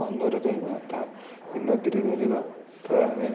ବନ୍ଧରେ ଧରିବା ତା ନଦୀରେ ଧରିବା ତ ଆମେ